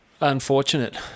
Unfortunate